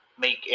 make